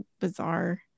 bizarre